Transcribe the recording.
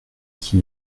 qui